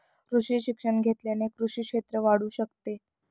कृषी शिक्षण घेतल्याने कृषी क्षेत्र वाढू शकते